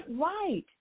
right